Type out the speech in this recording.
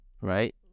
Right